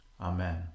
Amen